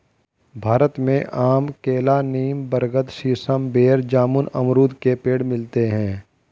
भारत में आम केला नीम बरगद सीसम बेर जामुन अमरुद के पेड़ मिलते है